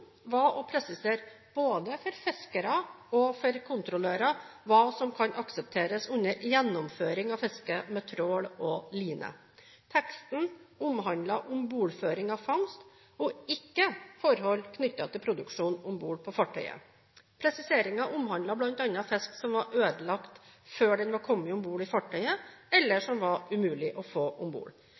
var å presisere både for fiskere og for kontrollører hva som kan aksepteres under gjennomføring av fiske med trål og line. Teksten omhandlet ombordføring av fangst og ikke forhold knyttet til produksjon om bord på fartøyet. Presiseringen omhandlet bl.a. fisk som var ødelagt før den var kommet om bord i fartøyet, eller som var umulig å få om bord.